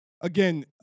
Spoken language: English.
again